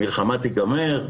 המלחמה תיגמר,